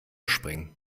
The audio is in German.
springen